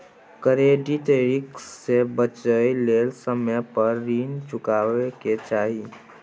credit risk से बचइ लेल समय पर रीन चुकाबै के चाही